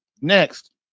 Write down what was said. Next